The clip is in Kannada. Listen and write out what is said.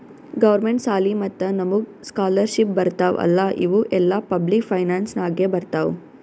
ಗೌರ್ಮೆಂಟ್ ಸಾಲಿ ಮತ್ತ ನಮುಗ್ ಸ್ಕಾಲರ್ಶಿಪ್ ಬರ್ತಾವ್ ಅಲ್ಲಾ ಇವು ಎಲ್ಲಾ ಪಬ್ಲಿಕ್ ಫೈನಾನ್ಸ್ ನಾಗೆ ಬರ್ತಾವ್